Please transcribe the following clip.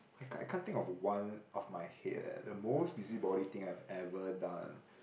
I can't I can't think one of my head leh the most busybody thing I've ever done